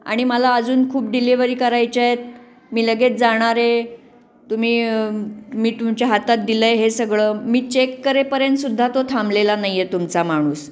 आणि मला अजून खूप डिलेवरी करायच्या आहेत मी लगेच जाणार आहे तुम्ही मी तुमच्या हातात दिलं आहे हे सगळं मी चेक करेपर्यंतसुद्धा तो थांबलेला नाही आहे तुमचा माणूस